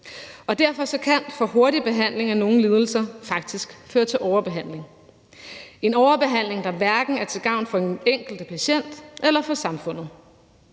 Derfor kan for hurtig behandling af nogle lidelser faktisk føre til en overbehandling, der hverken er til gavn for den enkelte patient eller for samfundet,